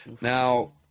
Now